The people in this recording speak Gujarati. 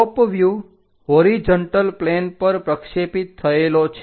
ટોપ વ્યુહ હોરીજન્ટલ પ્લેન પર પ્રક્ષેપિત થયેલો છે